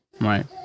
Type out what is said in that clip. right